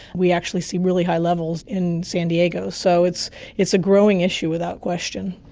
we actually see really high levels in san diego. so it's it's a growing issue, without question.